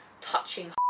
touching